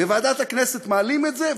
בוועדת הכנסת מעלים את זה,